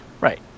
Right